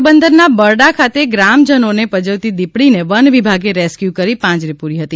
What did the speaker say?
પોરબંદરના બરડા ખાતે ગ્રામજનોને પજવતી દીપડીને વનવિભાગે રેસકયુ કરી પાંજરે પૂરી હતી